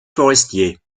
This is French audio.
forestier